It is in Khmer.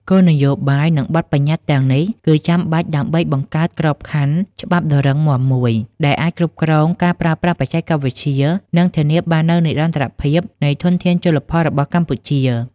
គោលនយោបាយ និងបទប្បញ្ញត្តិទាំងនេះ គឺចាំបាច់ដើម្បីបង្កើតក្របខណ្ឌច្បាប់ដ៏រឹងមាំមួយ ដែលអាចគ្រប់គ្រងការប្រើប្រាស់បច្ចេកវិទ្យា និងធានាបាននូវនិរន្តរភាពនៃធនធានជលផលរបស់កម្ពុជា។